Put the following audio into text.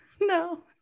No